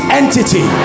entity